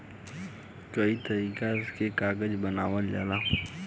कई तरीका के कागज बनावल जाला